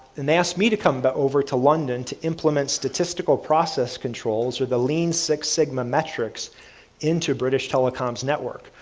and they asked me to come but over to london to implement statistical process controls with the lean six sigma metrics into british telecoms network.